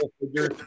figure